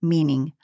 Meaning